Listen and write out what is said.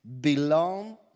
Belong